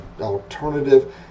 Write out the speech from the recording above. alternative